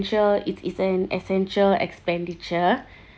it's its an essential expenditure